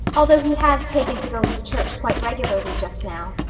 although he has taken to going to church quite regularly just now.